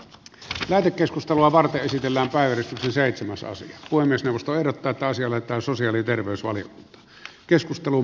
hyvää keskustelua varten esitellään päivittäin seitsemänsos puhemiesneuvosto ehdottaa että asia lähetetään sosiaali ja terveysvaliokuntaan